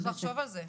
צריך לחשוב על זה.